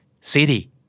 City